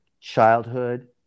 childhood